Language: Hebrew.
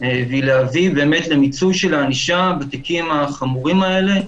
והיא להביא באמת למיצוי של הענישה בתיקים החמורים האלה,